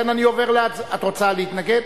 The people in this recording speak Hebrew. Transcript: את רוצה להתנגד?